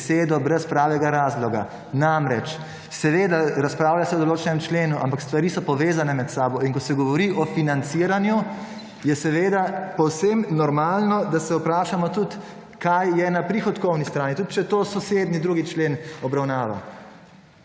besedo brez pravega razloga. Namreč, seveda razpravlja se o določenem členu, ampak stvari so povezane med seboj. In ko se govori o financiranju je seveda povsem normalno, da se vprašamo tudi kaj je na prihodkovni strani, tudi če to sosednji drugi člen obravnava.